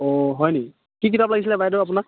অঁ হয় নেকি কি কিতাপ লাগছিলে বাইদেউ আপোনাক